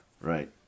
Right